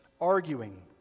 arguing